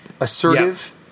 assertive